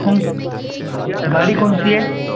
कौन हाँ जी गाड़ी कौ सी है